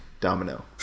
Domino